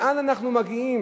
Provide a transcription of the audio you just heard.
לאן אנחנו מגיעים?